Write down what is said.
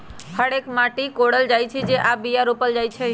हर से माटि कोरल जाइ छै आऽ बीया रोप्ल जाइ छै